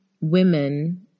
women